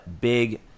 big